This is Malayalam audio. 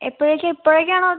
എപ്പോഴെക്ക് എപ്പോഴെക്കാണ്